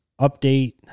update